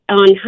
on